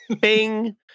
bing